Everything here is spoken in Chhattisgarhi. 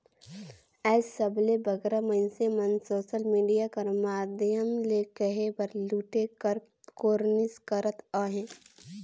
आएज सबले बगरा मइनसे मन सोसल मिडिया कर माध्यम ले कहे बर लूटे कर कोरनिस करत अहें